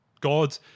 God